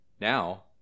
Now